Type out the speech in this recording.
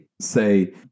say